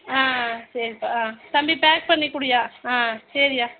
ஆ சரிப்பா ஆ தம்பி பேக் பண்ணி கொடுய்யா ஆ சரிய்யா